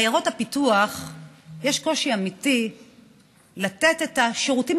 בעיירות הפיתוח יש קושי אמיתי לתת את השירותים